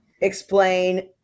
explain